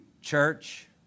church